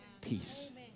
Peace